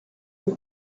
you